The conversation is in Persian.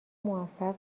موفق